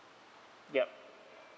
yup